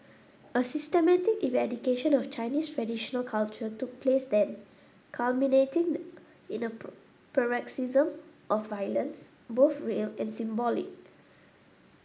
a systematic eradication of Chinese traditional culture took place then culminating in a paroxysm of violence both real and symbolic